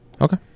okay